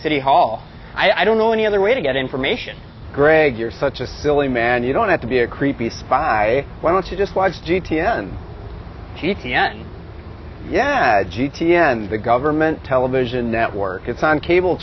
city hall i don't know any other way to get information greg you're such a silly man you don't have to be a creepy spy why don't you just watch g p s and t t n yeah g t n the government television network it's on cable